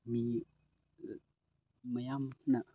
ꯃꯤ ꯃꯌꯥꯝꯅ